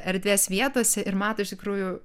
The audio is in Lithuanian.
erdvės vietose ir mato iš tikrųjų